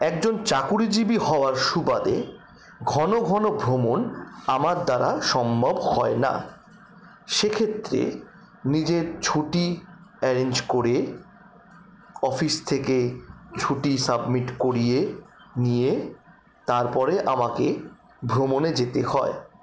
একজন চাকুরীজীবী হওয়ার সুবাদে ঘন ঘন ভ্রমণ আমার দ্বারা সম্ভব হয় না সেক্ষেত্রে নিজের ছুটি অ্যারেঞ্জ করে অফিস থেকে ছুটি সাবমিট করিয়ে নিয়ে তারপরে আমাকে ভ্রমণে যেতে হয়